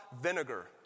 vinegar